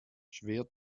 schwer